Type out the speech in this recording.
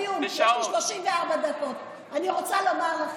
ולסיום, יש לי 34 שניות, אני רוצה לומר לכם,